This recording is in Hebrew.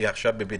שהיא עכשיו בבידוד,